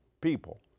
people